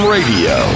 Radio